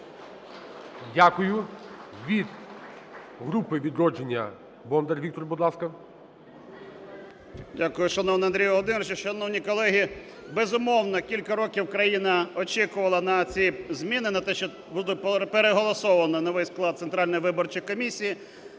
Дякую. Від групи "Відродження" Бондар Віктор, будь ласка. 16:50:49 БОНДАР В.В. Дякую. Шановний Андрій Володимировичу! Шановні колеги! Безумовно, кілька років країна очікувала на ці зміни, на те, що буде переголосовано новий склад Центральної виборчої комісії,